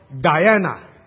Diana